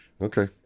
okay